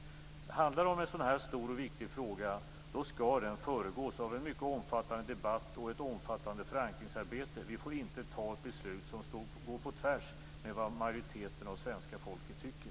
När det handlar om en så stor och viktig fråga skall det föregås av en mycket omfattande debatt och ett omfattande förankringsarbete. Vi får inte fatta ett beslut som går på tvärs mot vad majoriteten av svenska folket tycker.